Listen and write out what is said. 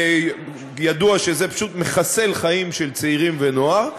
וידוע שזה פשוט מחסל חיים של צעירים ונוער,